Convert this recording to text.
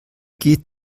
geht